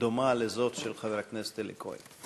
דומה לזו של חבר הכנסת אלי כהן.